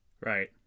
right